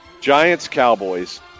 Giants-Cowboys